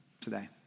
today